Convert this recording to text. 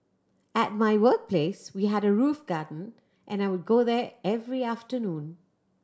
at my workplace we had a roof garden and I would go there every afternoon